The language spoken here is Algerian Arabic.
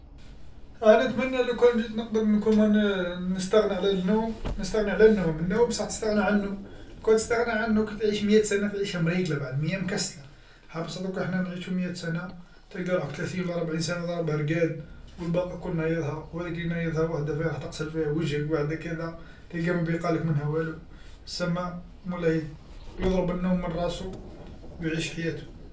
أنا نتمنى لو كان جيت نقدر كون ن-نستغنى على النوم نستغنى على النوم النوم بصح تستغنى عنو كون تستغنى عنو كي تعيش مية سنه تعيشها مريقله بعد ميه مكسله ها بصح ذوك حنا نعيشو مية سنة تلقى روحك ثلاثين ولا ربعين سنه ضاربها رقاد والباقي الكل نايضها وهاذيك لي نايضها واحدة فيها راح تغسل فيها وجهك واحدة كذا تلقالك ما بقي منها والو سما مولاي يضرب النوم لراسو و يعيش حياتو.